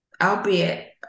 Albeit